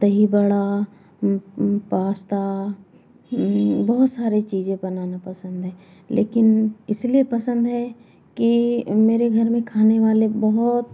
दही वडा पास्ता बहुत सारे चीज़ें बनाना पसंद है लेकिन इसलिए पसंद है कि मेरे घर में खाने वाले बहुत